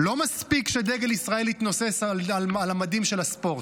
לא מספיק שדגל ישראל יתנוסס על המדים של הספורט,